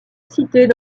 citées